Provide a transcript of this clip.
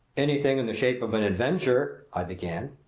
anything in the shape of an adventure i began.